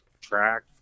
track